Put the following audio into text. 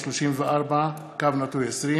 פ/3634/20,